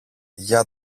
για